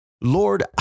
Lord